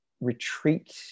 retreat